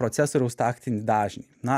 procesoriaus taktinį dažnį na